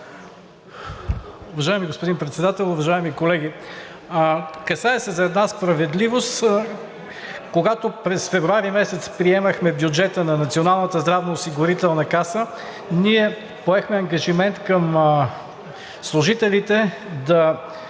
Уважаеми господин Председател, уважаеми колеги! Касае се за една справедливост. Когато през месец февруари приемахме бюджета на Националната здравноосигурителна каса, ние поехме ангажимент към служителите да